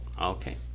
Okay